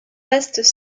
restent